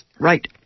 right